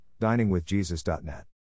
diningwithjesus.net